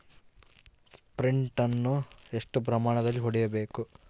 Sprint ಅನ್ನು ಎಷ್ಟು ಪ್ರಮಾಣದಲ್ಲಿ ಹೊಡೆಯಬೇಕು?